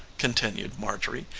continued marjorie.